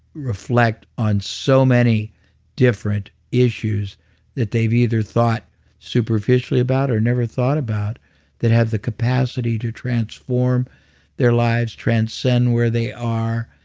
reflect on so many different issues that they've either thought superficially about or never thought about that have the capacity to transform their lives. transcend where they are.